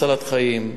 הצלת חיים.